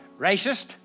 racist